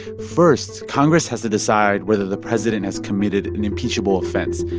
first, congress has to decide whether the president has committed an impeachable offense.